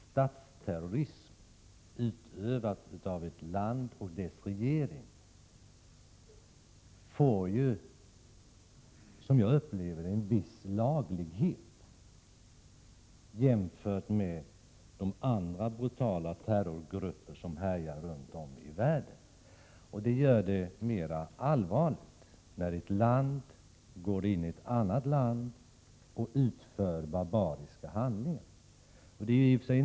Statsterrorism utövad av ett land och dess regering får, som jag upplever det, en viss laglighet jämfört med terrorism utövad av andra brutala terrorgrupper som härjar runt om i världen. Det gör att det är mer allvarligt när man från ett land utför barbariska handlingar i ett annat land. Det är inte första gången en regering i Israel har gjort på detta sätt.